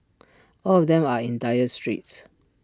all of them are in dire straits